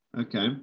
Okay